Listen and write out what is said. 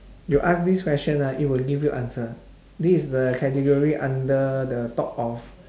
you ask this question right it will give you answer this is the category under the thought of